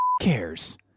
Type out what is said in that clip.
cares